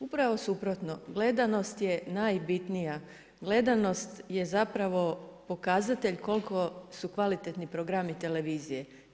Upravo suprotno gledanost je najbitnija, gledanost je zapravo pokazatelj koliko su kvalitetni programi televizije.